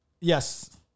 Yes